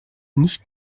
nicht